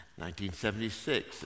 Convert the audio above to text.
1976